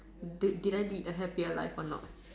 did did I lead a happier life or not